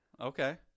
okay